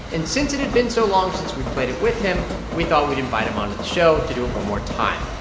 and since it had been so long since we've played it with him, we thought we'd invite him onto the show to do it one more time.